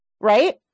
right